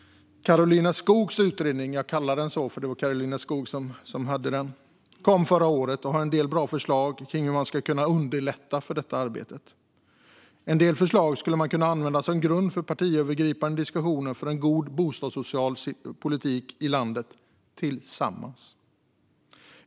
Karolina Skogs utredning, som jag kallar den, kom förra året och har en del bra förslag på hur man skulle kunna underlätta detta arbete. En del förslag skulle man kunna använda som grund för partiövergripande diskussioner för en god bostadssocial politik i landet - tillsammans.